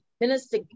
Minister